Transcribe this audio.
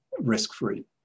risk-free